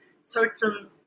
certain